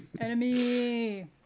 Enemy